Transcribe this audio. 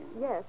Yes